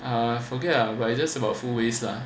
uh forget but it's just about food waste lah